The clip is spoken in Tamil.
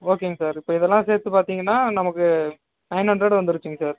ஓகேங்க சார் இப்போ இதெல்லாம் சேர்த்து பார்த்தீங்கனா நமக்கு நயன் ஹண்ட்ரட் வந்துருச்சுங்க சார்